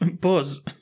Buzz